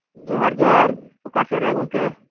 ᱡᱚᱦᱟᱨ ᱡᱚᱦᱟᱨ ᱚᱠᱟᱥᱮᱫᱨᱮ ᱜᱚᱢᱠᱮ